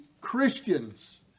Christians